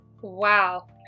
wow